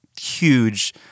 huge